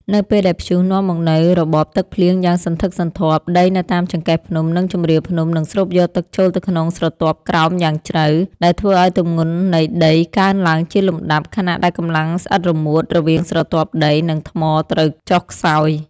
នៅពេលដែលព្យុះនាំមកនូវរបបទឹកភ្លៀងយ៉ាងសន្ធឹកសន្ធាប់ ដីនៅតាមចង្កេះភ្នំ និងជម្រាលភ្នំនឹងស្រូបយកទឹកចូលទៅក្នុងស្រទាប់ក្រោមយ៉ាងជ្រៅ ដែលធ្វើឱ្យទម្ងន់នៃដីកើនឡើងជាលំដាប់ ខណៈដែលកម្លាំងស្អិតរមួតរវាងស្រទាប់ដី និងថ្មត្រូវចុះខ្សោយ។